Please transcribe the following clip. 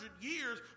years